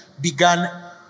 began